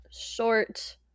short